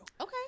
Okay